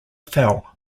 fell